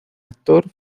actor